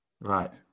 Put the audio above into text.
right